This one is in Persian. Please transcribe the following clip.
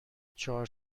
چهار